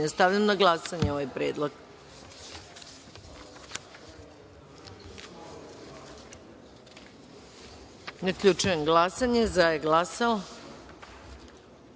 Stavljam na glasanje ovaj predlog. Zaključujem glasanje: za je glasalo